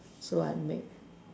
so I make